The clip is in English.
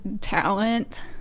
talent